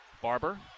Barber